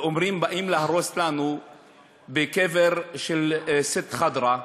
אומרים: באים להרוס לנו רצפת בטון בקבר של סית ח'דרה,